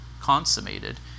consummated